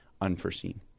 unforeseen